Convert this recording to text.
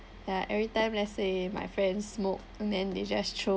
ya every time let's say my friends smoke and then they just throw